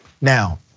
Now